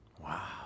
Wow